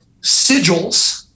sigils